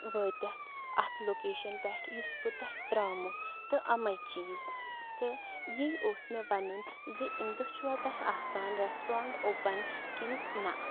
وٲتِتھ اَتھ لوکیشَن پٮ۪ٹھ یُس بہٕ تۄہہِ ترٛامو تہٕ اَمے چیٖز تہٕ یی اوس مےٚ وَنُن زِ اَیٚمہِ دۄہ چھُوا تۄہہِ آسان رٮ۪سٹرَنٛٹ اوپَن کِنہٕ نَہ